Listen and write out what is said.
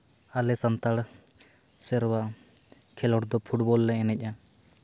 ᱟᱞᱮ ᱥᱟᱱᱛᱟᱲ ᱥᱮᱨᱣᱟ ᱠᱷᱮᱹᱞᱳᱰ ᱫᱚ ᱯᱷᱩᱴᱵᱚᱞ ᱞᱮ ᱮᱱᱮᱡᱼᱟ